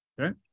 Okay